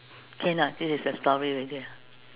okay or not this is a story already ah